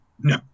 No